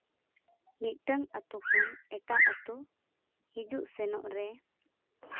ᱢᱤᱫᱴᱟᱱ ᱟᱛᱳ ᱠᱷᱚᱱ ᱮᱴᱟᱜ ᱟᱛᱳ ᱦᱤᱡᱩᱜ ᱥᱮᱱᱚᱜ ᱨᱮ